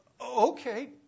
okay